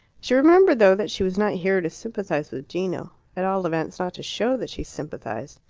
she remembered, though, that she was not here to sympathize with gino at all events, not to show that she sympathized.